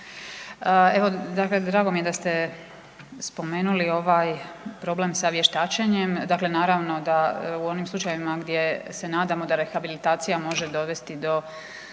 Evo drago mi je da ste spomenuli ovaj problem sa vještačenjem, naravno da u onim slučajevima gdje se nadamo da rehabilitacija može dovesti do